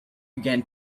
began